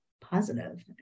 positive